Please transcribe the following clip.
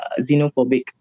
xenophobic